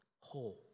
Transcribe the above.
whole